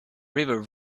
river